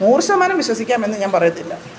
നൂറ് ശതമാനം വിശ്വസിക്കാമെന്ന് ഞാൻ പറയത്തില്ല